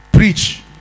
Preach